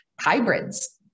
hybrids